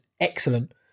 excellent